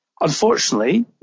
unfortunately